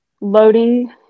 loading